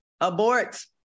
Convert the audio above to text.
Abort